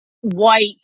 white